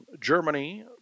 Germany